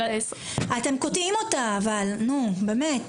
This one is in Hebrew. אתם קוטעים אותה, אבל, נו, באמת.